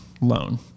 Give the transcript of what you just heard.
loan